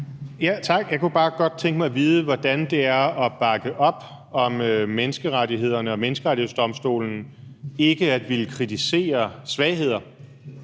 Tak. Jeg kunne bare godt tænke mig at vide, hvordan det er at bakke op om menneskerettigheder og om Menneskerettighedsdomstolen og ikke at ville kritisere svagheder.